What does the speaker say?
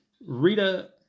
Rita